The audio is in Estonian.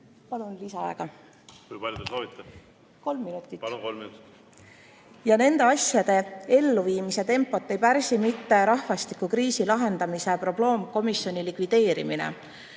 Palun lisaaega! Kui palju te soovite? Kolm minutit. Kolm minutit. Palun, kolm minutit! Nende asjade elluviimise tempot ei pärsi mitte rahvastikukriisi lahendamise probleemkomisjoni likvideerimine,